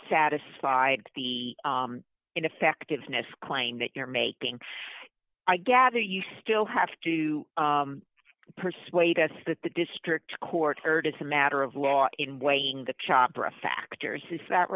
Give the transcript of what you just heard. satisfied the ineffectiveness claim that you're making i gather you still have to persuade us that the district court heard as a matter of law in weighing the chopra factors is that